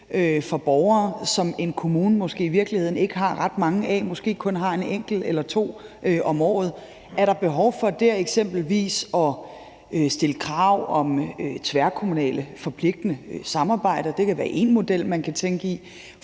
for borgere, som en kommune måske i virkeligheden ikke har ret mange af, måske kun en enkelt eller to om året. Der kan være behov for eksempelvis at stille krav om tværkommunale forpligtende samarbejder – det vil være én model, man kan tænke i